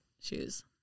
shoes